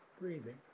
breathing